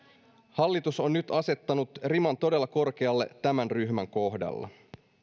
hallitus on nyt asettanut riman todella korkealle tämän ryhmän kohdalla